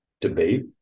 debate